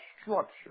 structure